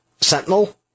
Sentinel